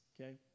Okay